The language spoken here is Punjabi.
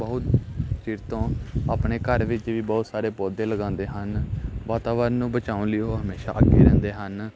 ਬਹੁਤ ਚਿਰ ਤੋਂ ਆਪਣੇ ਘਰ ਵਿੱਚ ਵੀ ਬਹੁਤ ਸਾਰੇ ਪੌਦੇ ਲਗਾਉਂਦੇ ਹਨ ਵਾਤਾਵਰਨ ਨੂੰ ਬਚਾਉਣ ਲਈ ਉਹ ਹਮੇਸ਼ਾ ਅੱਗੇ ਰਹਿੰਦੇ ਹਨ